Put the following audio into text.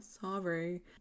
sorry